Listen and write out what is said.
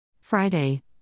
Friday